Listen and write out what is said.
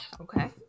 Okay